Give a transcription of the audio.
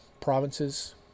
provinces